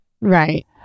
Right